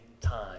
time